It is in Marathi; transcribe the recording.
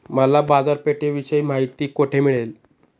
मला बाजारपेठेविषयी माहिती कोठे मिळेल?